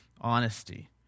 honesty